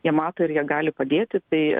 jie mato ir jie gali padėti tai